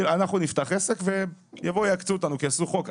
אנחנו נפתח עסק ויבואו ויעקצו אותנו כי יעשו חוק.